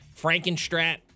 Frankenstrat